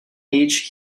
age